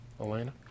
Elena